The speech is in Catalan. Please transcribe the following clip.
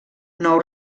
nou